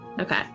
Okay